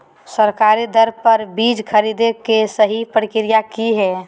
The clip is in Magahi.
सरकारी दर पर बीज खरीदें के सही प्रक्रिया की हय?